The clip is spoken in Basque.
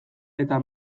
eta